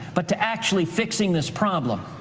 but to actually fixing this problem,